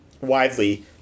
widely